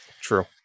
true